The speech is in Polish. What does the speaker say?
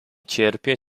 cierpię